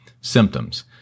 symptoms